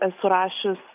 esu rašius